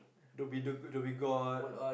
Dhoby go Dhoby-Ghaut